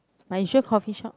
my usual coffeeshop